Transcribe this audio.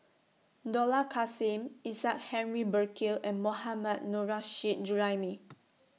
Dollah Kassim Isaac Henry Burkill and Mohammad Nurrasyid Juraimi